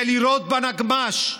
זה לירות בנגמ"ש.